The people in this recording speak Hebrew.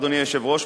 אדוני היושב-ראש,